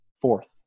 fourth